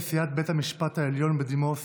נשיאת בית המשפט העליון בדימוס